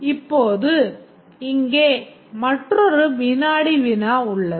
இப்போது இங்கே மற்றொரு வினாடி வினா உள்ளது